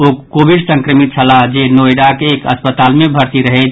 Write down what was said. ओ Covid संक्रमित छलाह जे नोएडाक एक अस्पताल मे भर्ती रहैथ